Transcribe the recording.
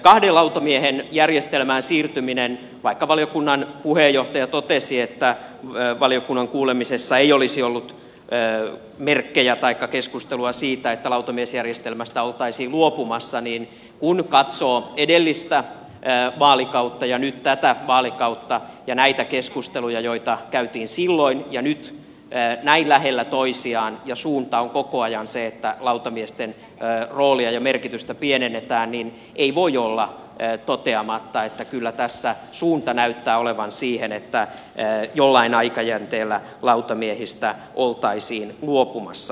kahden lautamiehen järjestelmään siirtymisestä vaikka valiokunnan puheenjohtaja totesi että valiokunnan kuulemisessa ei olisi ollut merkkejä taikka keskustelua siitä että lautamiesjärjestelmästä oltaisiin luopumassa kun katsoo edellistä vaalikautta ja nyt tätä vaalikautta ja näitä keskusteluja joita käytiin silloin ja nyt näin lähellä toisiaan ja suunta on koko ajan se että lautamiesten roolia ja merkitystä pienennetään ei voi olla toteamatta että kyllä tässä suunta näyttää olevan siihen että jollain aikajänteellä lautamiehistä oltaisiin luopumassa